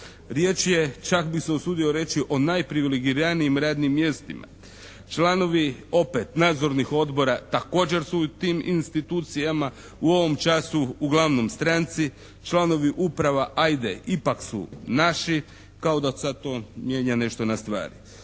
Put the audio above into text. Riječ je čak bi se usudio reći o najprivilegiranijim radnim mjestima. Članovi opet nadzornih odbora također su u tim institucijama u ovom času uglavnom stranci. Članovi uprava ajde ipak su naši, kao da sad to mijenja nešto na stvari.